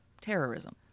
terrorism